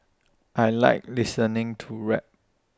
I Like listening to rap